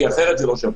כי אחרת זה לא שווה.